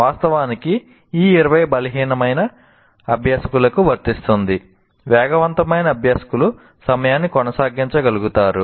వాస్తవానికి ఈ 20 బలహీనమైన అభ్యాసకులకు వర్తిస్తుంది వేగవంతమైన అభ్యాసకులు సమయాన్ని కొనసాగించగలుగుతారు